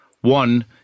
One